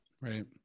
Right